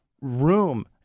room